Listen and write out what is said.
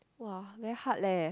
!wah! very hard leh